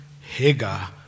Hagar